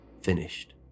finished